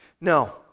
No